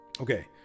Okay